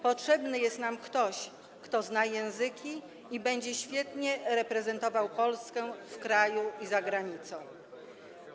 Potrzebny jest nam ktoś, kto zna języki obce i będzie świetnie reprezentował Polskę w kraju i za granicą.